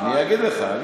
אני אגיד לך, אני אגיד לך.